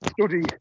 study